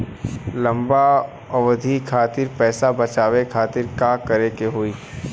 लंबा अवधि खातिर पैसा बचावे खातिर का करे के होयी?